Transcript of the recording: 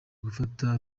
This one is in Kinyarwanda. gufata